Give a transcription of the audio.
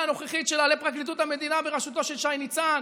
הנוכחית שלה לפרקליטות המדינה בראשותו של שי ניצן.